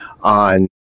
on